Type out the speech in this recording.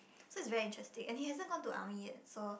so it's very interesting and he hasn't gone to army yet so